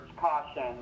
caution